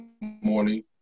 morning